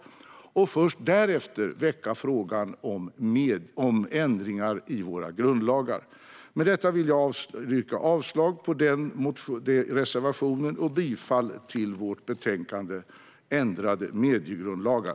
Först därefter kan vi väcka frågan om ändringar i våra grundlagar. Med detta yrkar jag alltså avslag på den reservationen och bifall till utskottets förslag i betänkandet Ändrade mediegrundlagar .